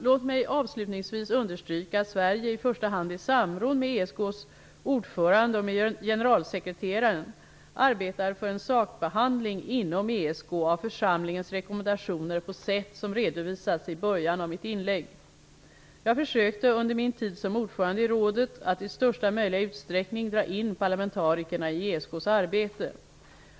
Låt mig avslutningsvis understryka att Sverige, i första hand i samråd med ESK:s ordförande och med generalsekreteraren, arbetar för en sakbehandling inom ESK av församlingens rekommendationer på sätt som redovisats i början av mitt inlägg. Jag försökte under min tid som ordförande i rådet att i största möjliga utsträckning dra in parlamentarikerna i ESK:s arbete.